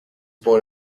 born